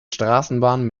straßenbahn